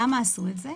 למה עשו את זה?